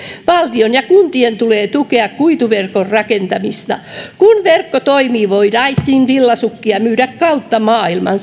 valtion ja kuntien tulee tukea kuituverkon rakentamista kun verkko toimii voitaisiin villasukkia myydä kautta maailman